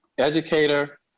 educator